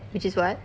which is what